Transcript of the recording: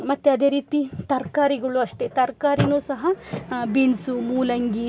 ಮತ್ತು ಅದೇ ರೀತಿ ತರಕಾರಿಗಳು ಅಷ್ಟೇ ತರ್ಕಾರಿ ಸಹ ಬೀನ್ಸು ಮೂಲಂಗಿ